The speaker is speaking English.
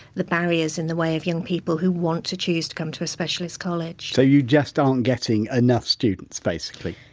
the barriers, in the way of young people who want to choose to come to a specialist college. whiteso, so you just aren't getting enough students basically?